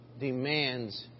Demands